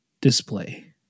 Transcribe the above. display